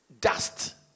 dust